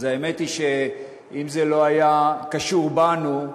האמת היא, שאם זה לא היה קשור בנו,